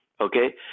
Okay